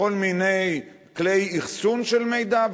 בכל מיני כלי אחסון של מידע,